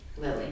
Lily